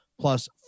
plus